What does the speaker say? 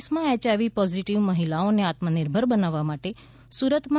દેશમાં HIV positive મહિલાઓને આત્મનિર્ભર બનાવવા માટે સુરત માં